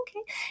Okay